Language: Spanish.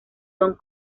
son